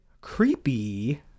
Creepy